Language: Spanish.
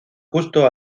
justo